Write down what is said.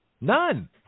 None